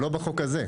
לא בחוק הזה.